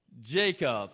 Jacob